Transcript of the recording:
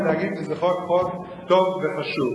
ולהגיד שזה חוק טוב וחשוב.